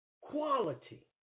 quality